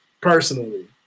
personally